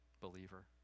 believer